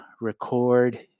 record